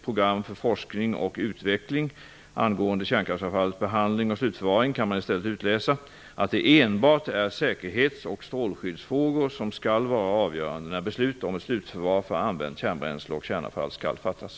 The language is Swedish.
program för forskning och utveckling angående kärnkraftavfallets behandling och slutförvaring kan man i stället utläsa att det enbart är säkerhets och strålskyddsfrågor som skall vara avgörande när beslut om ett slutförvar för använt kärnbränsle och kärnavfall skall fattas.